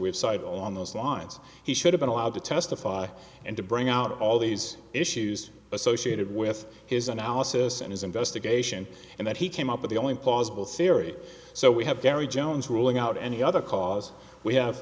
cited on those lines he should've been allowed to testify and to bring out all these issues associated with his analysis and his investigation and that he came up with the only plausible theory so we have jerry jones ruling out any other cause we have